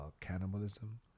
cannibalism